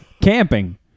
Camping